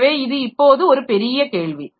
எனவே இது இப்போது ஒரு பெரிய கேள்வி